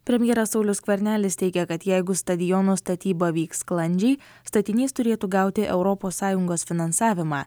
premjeras saulius skvernelis teigia kad jeigu stadiono statyba vyks sklandžiai statinys turėtų gauti europos sąjungos finansavimą